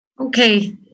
Okay